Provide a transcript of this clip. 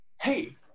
Hey